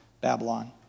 Babylon